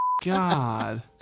God